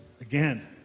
again